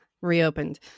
reopened